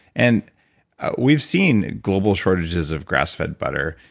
and we've seen global shortages of grass fed butter,